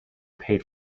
paid